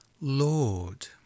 Lord